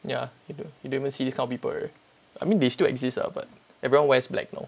ya you don't you don't even see this kind of people already I mean they still exist ah but everyone wears black now